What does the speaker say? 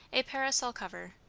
a parasol cover,